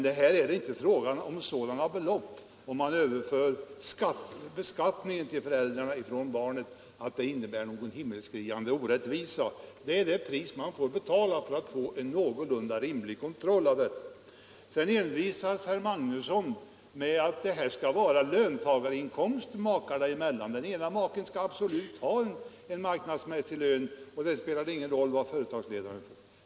Det är inte fråga om så stora belopp, när man överför beskattning från barn till föräldrar, att det innebär någon himmelsskriande orättvisa. Det är det pris man får betala för en någorlunda rimlig kontroll. Sedan envisas herr Magnusson med att det skall vara löntagarinkomster makarna emellan. Den ena maken skall absolut ha en marknadsmässig lön, och sedan spelar det ingen roll vad företagsledaren får?